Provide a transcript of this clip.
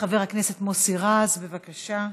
חבר הכנסת מוסי רז, בבקשה.